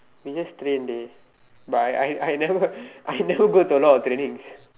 we just train dey but I I I never I never go to a lot of training